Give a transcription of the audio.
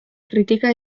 kritika